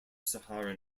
saharan